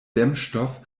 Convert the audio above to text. dämmstoff